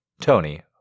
Tony